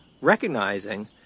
recognizing